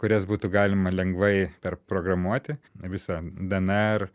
kurias būtų galima lengvai perprogramuoti visą dnr